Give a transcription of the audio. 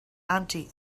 anti